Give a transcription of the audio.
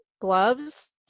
gloves